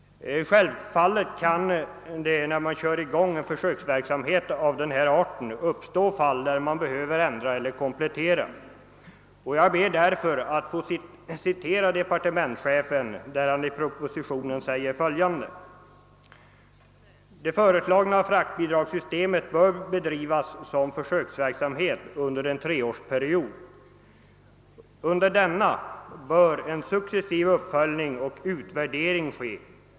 Självfallet kan det när man sätter i gång en försöksverksamhet av denna art hända att man måste ändra eller komplettera förslaget. Jag ber att få citera vad departementschefen sä ger härom i propositionen: »Det föreslagna fraktbidragssystemet bör bedrivas som försöksverksamhet under en treårsperiod. Under denna bör en successiv uppföljning och utvärdering ske.